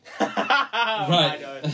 Right